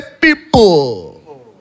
people